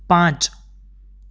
પાંચ